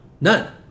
None